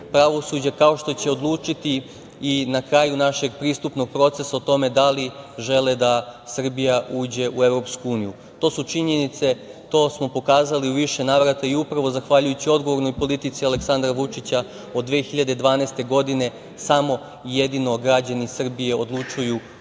pravosuđa, kao što će odlučiti i na kraju našeg pristupnog procesa o tome da li žele da Srbija uđe u EU. To su činjenice i to smo pokazali u više navrata i upravo zahvaljujući odgovornoj politici Aleksandra Vučića od 2012. godine samo i jedino građani Srbije odlučuju u